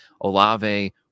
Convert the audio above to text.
Olave